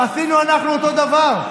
עשינו אנחנו אותו הדבר.